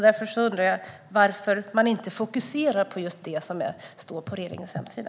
Jag undrar därför man inte fokuserar på just det som står på regeringens hemsida.